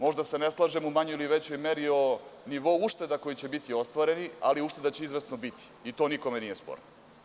Možda se ne slažemo u manjoj ili većoj meri o nivou ušteda koje će biti ostvarene, ali ušteda će izvesno biti i to nikome nije sporno.